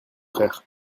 frère